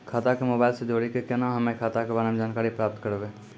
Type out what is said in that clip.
खाता के मोबाइल से जोड़ी के केना हम्मय खाता के बारे मे जानकारी प्राप्त करबे?